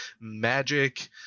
magic